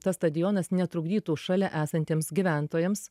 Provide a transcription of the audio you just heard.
tas stadionas netrukdytų šalia esantiems gyventojams